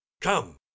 Come